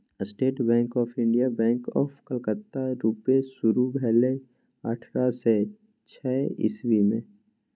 state Bank of India, Bank of Calcutta रुपे शुरु भेलै अठारह सय छअ इस्बी मे